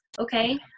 okay